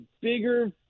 bigger